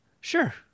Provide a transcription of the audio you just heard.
Sure